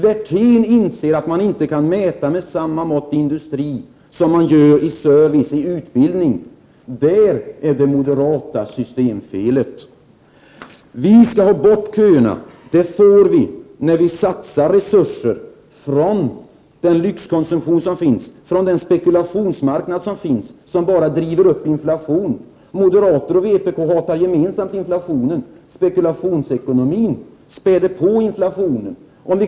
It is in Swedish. Werthén inser att man inte kan mäta industrin med samma mått som man mäter service och utbildning. Det är det moderata systemfelet. Vi skall ha bort köerna. Det får vi när vi satsar resurser från den lyxkonsumtion som finns, från den spekulationsmarknad som finns, som bara driver upp inflationen. Moderater och vpk hatar gemensamt inflationen. Spekulationsekonomin späder på inflationen.